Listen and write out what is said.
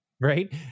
Right